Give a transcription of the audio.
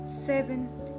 seven